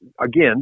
Again